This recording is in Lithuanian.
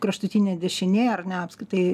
kraštutinė dešinė ar ne apskritai